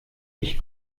ich